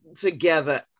together